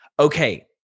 Okay